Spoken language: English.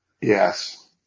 Yes